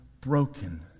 broken